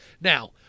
Now